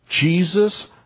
Jesus